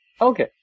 Okay